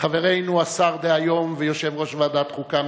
חברנו השר דהיום ויושב-ראש ועדת החוקה,